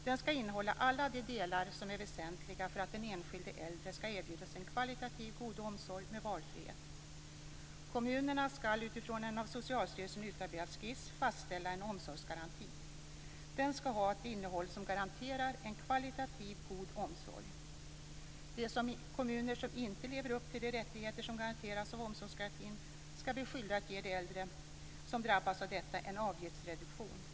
Den skall innehålla alla de delar som är väsentliga för att den enskilde äldre skall erbjudas en kvalitativt god omsorg med valfrihet. Kommunerna skall utifrån en av Socialstyrelsen utarbetad skiss fastställa en omsorgsgaranti. Den skall ha ett innehåll som garanterar en kvalitativt god omsorg. De kommuner som inte lever upp till de rättigheter som garanteras av omsorgsgarantin skall bli skyldiga att ge de äldre som drabbas av detta en avgiftsreduktion.